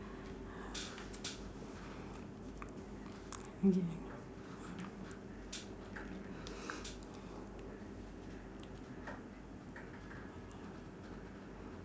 okay